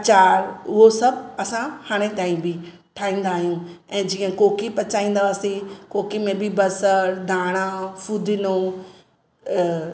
अचार उहो सभु असां हाणे ताईं बि ठाहींदा आहियूं ऐं जीअं कोकी पचाईंदा हुआसीं कोकी में बि बसरु धाणा फूदिनो